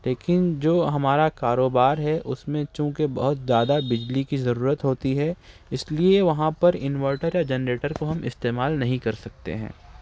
لیکن جو ہمارا کاروبار ہے اس میں چونکہ بہت زیادہ بجلی کی ضرورت ہوتی ہے اس لیے وہاں پر انورٹر یا جنریٹر کو ہم استعمال نہیں کر سکتے ہیں